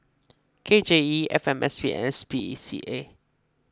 K J E F M S P and S P E C A